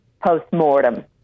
post-mortem